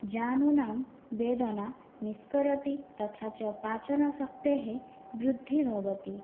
जानुनां वेदनां निष्करोति तथा च पाचनशक्तेः वृद्धिः भवति